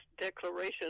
declaration